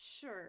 Sure